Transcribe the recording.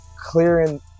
Clearing